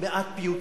מעט פיוטית,